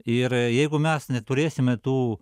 ir jeigu mes neturėsime tų